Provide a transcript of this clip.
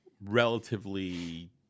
relatively